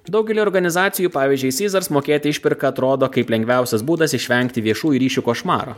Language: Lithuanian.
daugeliui organizacijų pavyzdžiui ceasars mokėti išpirką atrodo kaip lengviausias būdas išvengti viešųjų ryšių košmaro